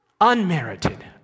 Unmerited